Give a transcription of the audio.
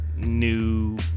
New